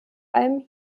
allem